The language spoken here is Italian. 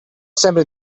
sempre